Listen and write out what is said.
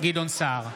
גדעון סער,